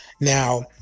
Now